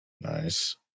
Nice